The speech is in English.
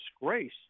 disgrace